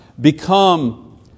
become